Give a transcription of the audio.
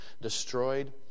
destroyed